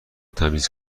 تمیز